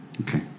okay